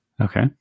Okay